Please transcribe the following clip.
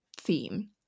theme